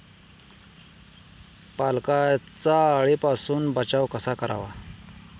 पालकचा अळीपासून बचाव कसा करावा?